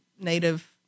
native